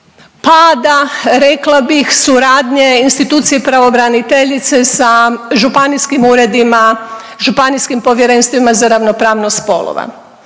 pada rekla bih suradnje institucije pravobraniteljice sa županijskim uredima, županijskim povjerenstvima za ravnopravnost spolova.